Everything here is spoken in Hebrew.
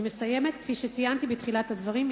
כפי שציינתי בתחילת הדברים,